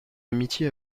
amitié